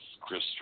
Chris